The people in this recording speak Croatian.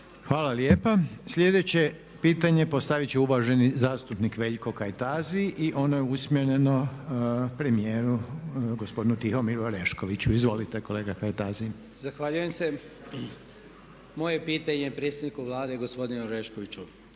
Hvala lijepa. Sljedeće pitanje postavit će uvaženi zastupnik Veljko Kajtazi i ono je usmjereno premijeru gospodinu Tihomiru Oreškoviću. Izvolite kolega Kajtazi. **Kajtazi, Veljko (Nezavisni)** Zahvaljujem se. Moje pitanje je predsjedniku Vlade gospodinu Oreškoviću.